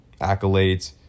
accolades